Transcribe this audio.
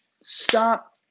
Stop